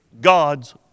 God's